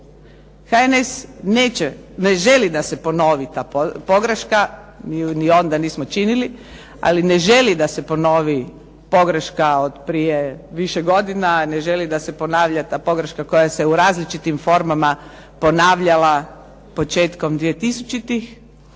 ne želi da se ponovi ta pogreška, mi je ni onda nismo činili, ali ne želi da se ponovi pogreška od prije više godina, ne želi da se ponavlja ta pogreška koja se u različitim formama ponavljala početkom 2000-ih.